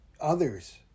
others